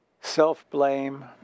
self-blame